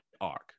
arc